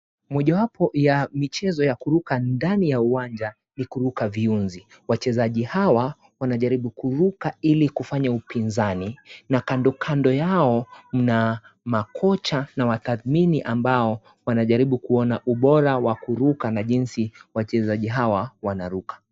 Moja wapo ya michezo ya kuruka ndani ya uwanja ni kuruka viunzi, wachezaji hawa wanajaribu kuruka ilikufanya upinzani na kandokando yao mnamakocha na watadhmini ambao wanajaribu kuona ubora wa kuruka na jinsi wachezaji hawa wanaruka.